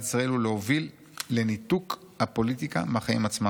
ישראל ולהוביל לניתוק הפוליטיקה מהחיים עצמם.